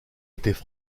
étaient